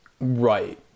Right